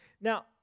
Now